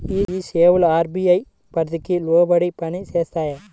ఈ సేవలు అర్.బీ.ఐ పరిధికి లోబడి పని చేస్తాయా?